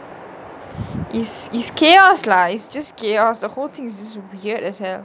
is is chaos lah is just chaos the whole thing is weird as hell